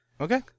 Okay